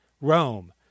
Rome